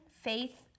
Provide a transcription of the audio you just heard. faith